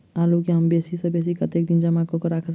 आलु केँ हम बेसी सऽ बेसी कतेक दिन जमा कऽ क राइख सकय